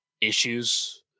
issues